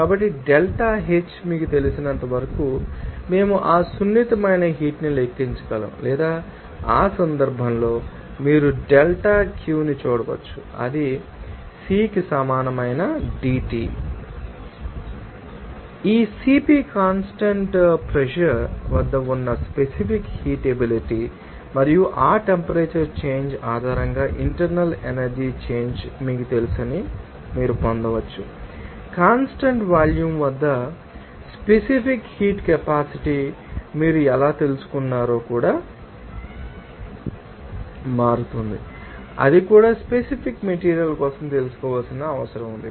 కాబట్టి delta H మీకు తెలిసినంతవరకు మేము ఆ సున్నితమైన హీట్ ని లెక్కించగలము లేదా ఆ సందర్భంలో మీరు డెల్టా Q ని చూడవచ్చు అది CP కి సమానమైన dT లేదా ఈ సిపి కాన్స్టాంట్ ప్రెషర్ వద్ద ఉన్న స్పెసిఫిక్ హీట్ ఎబిలిటీ మరియు ఆ టెంపరేచర్ చేంజ్ ఆధారంగా ఇంటర్నల్ ఎనర్జీ చేంజ్ మీకు తెలుసని మీరు పొందవచ్చు కాన్స్టాంట్ వాల్యూమ్ వద్ద స్పెసిఫిక్ హీట్ కెపాసిటీ మీరు ఎలా తెలుసుకున్నారో కూడా మారుతోంది అది కూడా స్పెసిఫిక్ మెటీరియల్ కోసం తెలుసుకోవలసిన అవసరం ఉంది